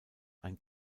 ein